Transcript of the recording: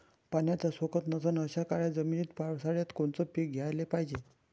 पाण्याचा सोकत नसन अशा काळ्या जमिनीत पावसाळ्यात कोनचं पीक घ्याले पायजे?